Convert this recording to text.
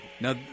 now